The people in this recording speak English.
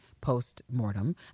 post-mortem